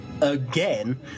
again